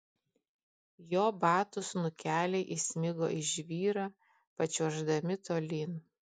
jo batų snukeliai įsmigo į žvyrą pačiuoždami tolyn